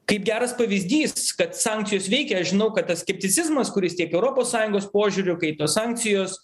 kaip geras pavyzdys kad sankcijos veikia aš žinau kad tas skepticizmas kuris tiek europos sąjungos požiūriu kai tos sankcijos